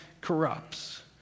corrupts